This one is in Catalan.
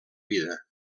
vida